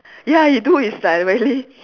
ya he do it's like really